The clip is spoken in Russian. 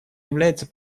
является